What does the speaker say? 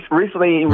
recently